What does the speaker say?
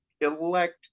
elect